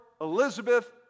Elizabeth